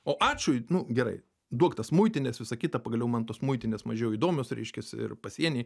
o čui nu gerai duok tas muitines visa kita pagaliau man tos muitinės mažiau įdomios reiškiasi ir pasieniai